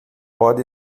pode